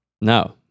No